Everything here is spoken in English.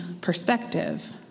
perspective